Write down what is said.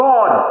God